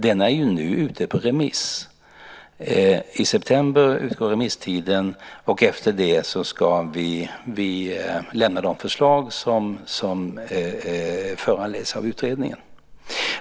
Denna är nu ute på remiss. I september utgår remisstiden, och därefter ska vi lämna de förslag som föranleds av utredningen.